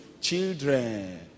children